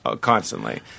constantly